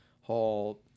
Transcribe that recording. whole